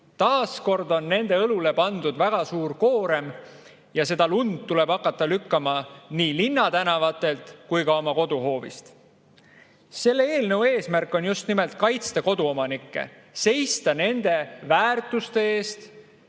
taas kord on nende õlule pandud väga suur koorem, lund tuleb hakata lükkama nii linnatänavatelt kui ka oma koduhoovist. Selle eelnõu eesmärk on just nimelt kaitsta koduomanikke, seista nende väärtuste eest